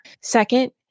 Second